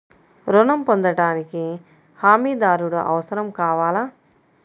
ఋణం పొందటానికి హమీదారుడు అవసరం కావాలా?